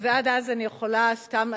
אז עד אז אני יכולה סתם,